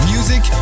Music